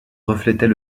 reflétait